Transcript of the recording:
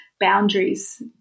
boundaries